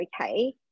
okay